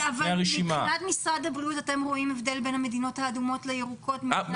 מבחינת משרד הבריאות אתם רואים הבדל בין המדינות האדומות לירוקות?